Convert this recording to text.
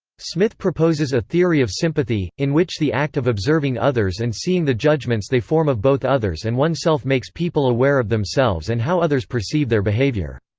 smith proposes a theory of sympathy, in which the act of observing others and seeing the judgements they form of both others and oneself makes people aware of themselves and how others perceive their behaviour.